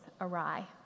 awry